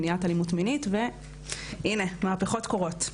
מניעת אלימות מינית והנה מהפכות קורות.